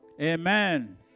Amen